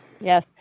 Yes